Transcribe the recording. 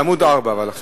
אבל בעמוד 4 עכשיו.